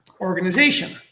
organization